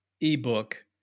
ebook